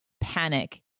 panic